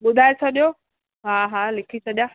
ॿुधाए छॾियो हा हा लिखी छॾियां